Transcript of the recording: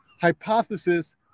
hypothesis